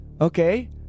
Okay